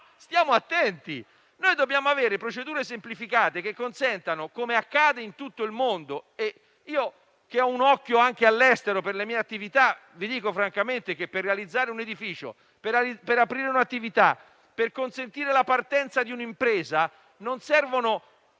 Dobbiamo avere procedure semplificate, come accade in tutto il mondo: avendo un occhio anche all'estero per le mie attività, vi dico francamente che per realizzare un edificio, aprire un'attività o consentire la partenza di un'impresa non servono